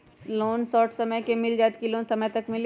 Loan short समय मे मिल जाएत कि लोन समय तक मिली?